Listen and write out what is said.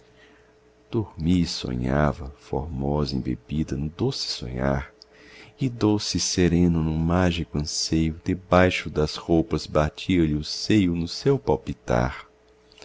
e sonhava formosa embebida no doce sonhar e doce e sereno num mágico anseio debaixo das roupa batia-lhe o seio no seu palpitar